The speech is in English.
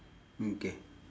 mm K